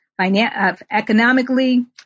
economically